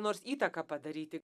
nors įtaką padaryti